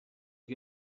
you